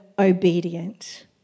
Obedient